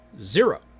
Zero